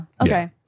okay